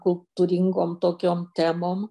kultūringom tokiom temom